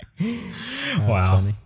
wow